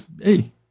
Hey